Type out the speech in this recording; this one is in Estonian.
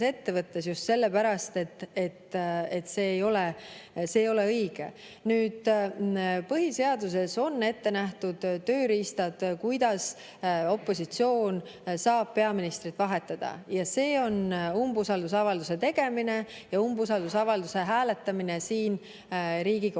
ettevõttes just sellepärast, et see ei ole õige. Nüüd, põhiseaduses on ette nähtud tööriistad, kuidas opositsioon saab peaministrit vahetada. See on umbusaldusavalduse tegemine ja umbusaldusavalduse hääletamine siin Riigikogus.